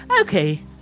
Okay